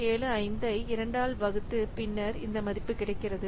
75 ஐ 2 ஆல் வகுத்து பின்னர் இந்த மதிப்பு கிடைக்கிறது